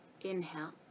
Inhale